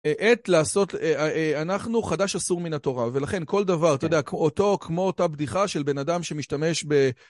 עת לעשות, אנחנו חדש אסור מן התורה, ולכן כל דבר, אתה יודע, אותו כמו אותה בדיחה של בן אדם שמשתמש ב...